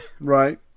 Right